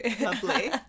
lovely